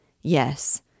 Yes